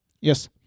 Yes